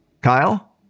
Kyle